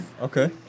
Okay